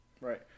Right